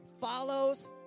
follows